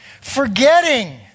forgetting